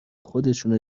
خودشونو